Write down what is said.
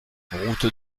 route